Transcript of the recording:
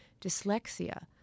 dyslexia